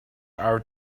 our